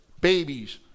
babies